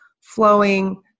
flowing